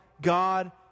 God